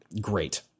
great